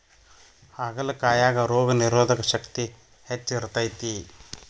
ಹಾಗಲಕಾಯಾಗ ರೋಗನಿರೋಧಕ ಶಕ್ತಿ ಹೆಚ್ಚ ಇರ್ತೈತಿ